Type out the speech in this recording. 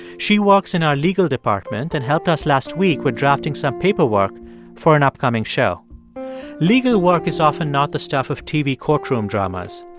she works in our legal department and helped us last week with drafting some paperwork for an upcoming show legal work is often not the stuff of tv courtroom dramas.